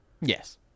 Yes